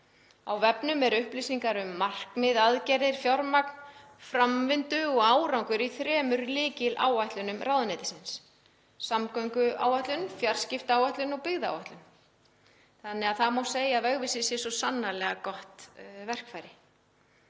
Á vefnum eru upplýsingar um markmið, aðgerðir, fjármagn, framvindu og árangur í þremur lykiláætlunum ráðuneytisins; samgönguáætlun, fjarskiptaáætlun og byggðaáætlun. Það má segja að Vegvísir sé svo sannarlega gott verkfæri.